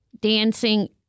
dancing